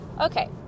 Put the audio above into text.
okay